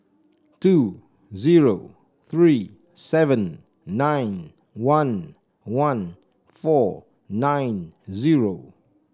two zero three seven nine one one four nine zero